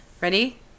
ready